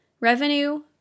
Revenue